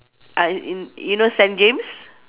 I in in you know Saint James